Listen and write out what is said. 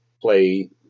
play